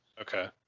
Okay